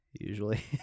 usually